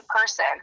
person